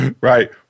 Right